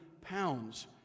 pounds